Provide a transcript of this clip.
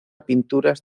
pinturas